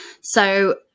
So-